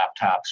laptops